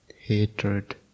hatred